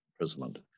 imprisonment